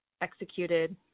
executed